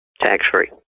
tax-free